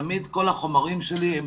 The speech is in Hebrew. תמיד כל החומרים שלי הם